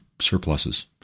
surpluses